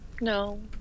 No